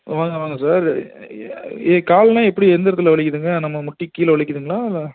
வாங்க வாங்க சார் ஏ கால்னால் எப்படி எந்த இடத்துல வலிக்குதுங்க நம்ம முட்டிக்கு கீழே வலிக்குதுங்களா இல்லை